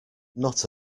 not